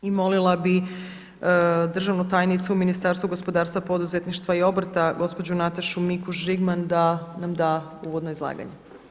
I molila bih državnu tajnicu u Ministarstvu gospodarstva, poduzetništva i obrta gospođu Natašu Mikuš Žigman da nam da uvodno izlaganje.